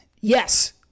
Yes